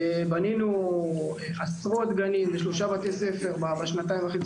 בנינו עשרות גנים ושלושה בתי ספר בשנתיים וחצי